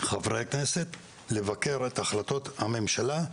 חברי הכנסת, לבקר את החלטות הממשלה,